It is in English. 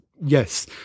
yes